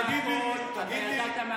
גדעון, אתה ידעת מהכול.